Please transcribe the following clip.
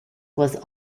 was